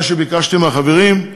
מה שביקשתי מהחברים,